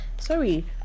sorry